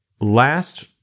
last